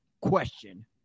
question